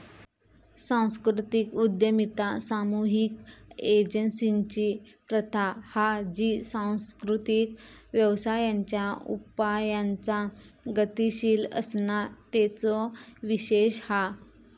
सांस्कृतिक उद्यमिता सामुहिक एजेंसिंची प्रथा हा जी सांस्कृतिक व्यवसायांच्या उपायांचा गतीशील असणा तेचो विशेष हा